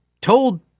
told